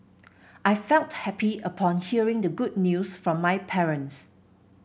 I felt happy upon hearing the good news from my parents